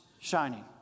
shining